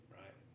right